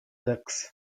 ducks